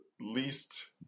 least